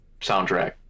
soundtrack